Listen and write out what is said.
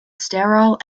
sterile